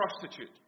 prostitute